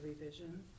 revision